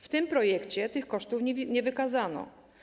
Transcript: W tym projekcie tych kosztów nie wykazano.